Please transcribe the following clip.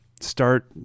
start